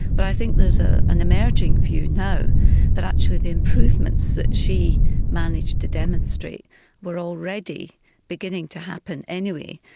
but i think there's ah an emerging view now that actually the improvements that she managed to demonstrate were already beginning to happen anyway,